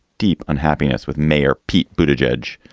deep unhappiness with mayor pete boobage edge?